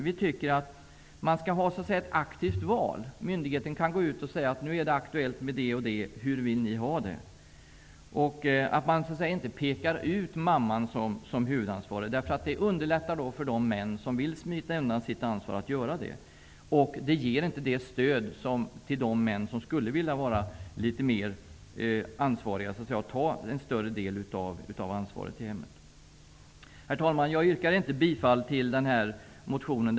Vi tycker att det skall vara fråga om ett aktivt val. Myndigheten kan informera om att det är aktuellt med någon viss sak och fråga hur föräldrarna vill ha det. Mamman skall inte pekas ut som huvudansvarig -- det underlättar för de män som vill smita undan sitt ansvar och ger inte stöd till de män som vill ta mer ansvar i hemmet. Herr talman! Jag yrkar inte bifall till motionen.